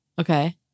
Okay